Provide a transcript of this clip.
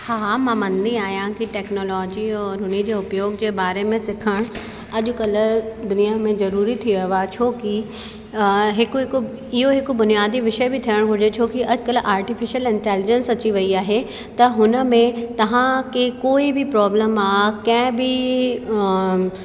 हा मां मञदी आहियां की टेक्नोलॉजी और हुनजो उपयोगु जे बारे में सिखण अॼकल्ह दुनियां में जरूरी थी वियो आहे छोकि हिक हिक इहो हिक बुनियादी विषय बि थियणु घुरिजे छोकि अॼकल्ह आर्टीफ़िशल इंटेलीजेंस अची वयी आहे त हुनमें तव्हांखे कोई बि प्रोब्लम आहे कंहिं बि